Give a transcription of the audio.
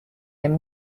him